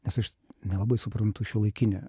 nes aš nelabai suprantu šiuolaikinę